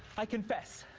i confess.